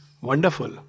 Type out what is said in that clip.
wonderful